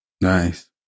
Nice